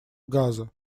газа